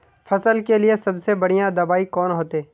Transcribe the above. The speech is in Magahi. फसल के लिए सबसे बढ़िया दबाइ कौन होते?